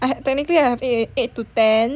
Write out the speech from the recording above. I technically I have a eight to ten